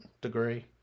degree